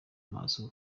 maso